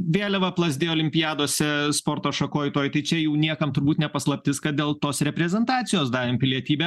vėliava plazdėjo olimpiadose sporto šakoj toj tai čia jau niekam turbūt ne paslaptis kad dėl tos reprezentacijos davėm pilietybę